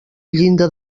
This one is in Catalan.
llinda